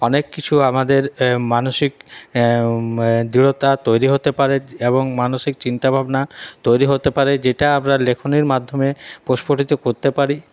অনেক কিছু আমাদের মানসিক দৃঢ়তা তৈরি হতে পারে এবং মানসিক চিন্তাভাবনা তৈরি হতে পারে যেটা আমরা লেখনীর মাধ্যমে প্রস্ফুটিত করতে পারি